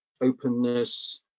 openness